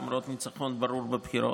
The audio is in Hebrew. למרות ניצחון ברור בבחירות.